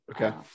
Okay